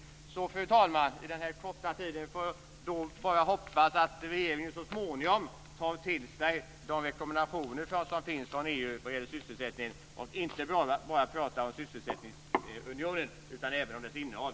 Fru talman! Jag hinner på denna korta talartid till slut bara framföra förhoppningen att regeringen tar till sig de rekommendationer som finns från EU vad gäller sysselsättningen och inte bara pratar om sysselsättningsunionen utan även beaktar dess innehåll.